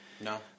No